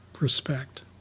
respect